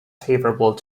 favorable